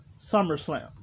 SummerSlam